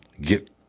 get